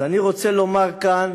אז אני רוצה לומר כאן